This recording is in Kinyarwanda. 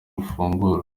bafungura